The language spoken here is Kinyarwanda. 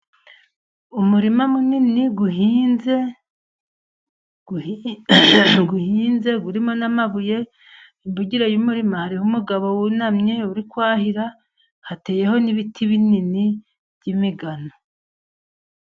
Umurima munini uhinze, uhinze urimo n'amabuye, imbugire y'umurima hari umugabo wunamye uri kwahira ,hateyeho n'ibiti binini by'imigano.